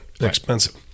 expensive